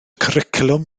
cwricwlwm